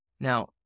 Now